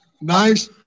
nice